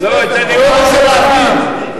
על שר החוץ,